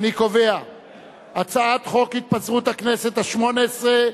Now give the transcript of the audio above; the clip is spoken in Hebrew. אני קובע שחוק התפזרות הכנסת השמונה-עשרה,